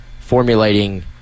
formulating